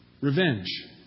revenge